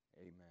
Amen